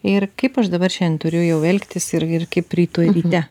ir kaip aš dabar šiandien turiu jau elgtis ir ir kaip rytoj ryte